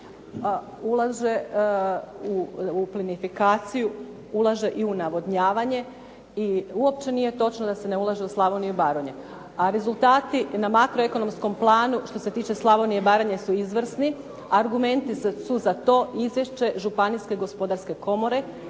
Ulaže u plinifikaciju, ulaže i u navodnjavanje i uopće nije točno da se ne ulaže u Slavoniju i Baranju. A rezultati i na makroekonomskom planu što se tiče Slavonije i Baranje su izvrsni. Argumenti su za to izvješće Žapanijske gospodarske komore